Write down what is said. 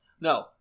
no